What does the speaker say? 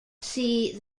see